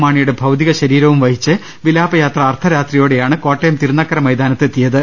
മാണിയുടെ ഭൌതിക ശരീരവും വഹി ച്ചുകൊണ്ട് വിലാപയാത്ര അർധരാത്രിയോടെയാണ് കോട്ടയം തിരുനക്കര മൈതാനത്ത് എത്തിയത്